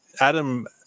Adam